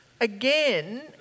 again